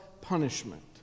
punishment